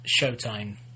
Showtime